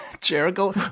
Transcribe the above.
Jericho